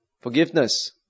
forgiveness